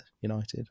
United